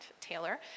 Taylor